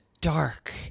dark